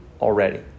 already